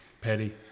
Petty